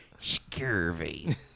Scurvy